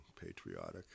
patriotic